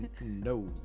No